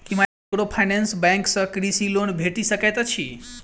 की microfinance bank सँ कृषि loan भेटि सकैत अछि?